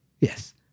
Yes